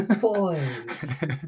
boys